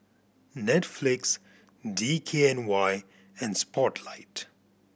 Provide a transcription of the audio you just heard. Netflix D K N Y and Spotlight